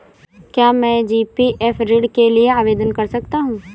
क्या मैं जी.पी.एफ ऋण के लिए आवेदन कर सकता हूँ?